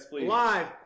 live